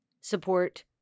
support